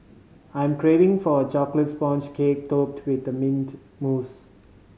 I'm craving for a chocolate sponge cake topped with mint mousse